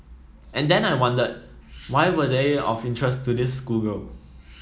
and then I wondered why were they of interest to this schoolgirl